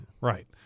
Right